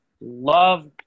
love